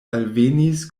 alvenis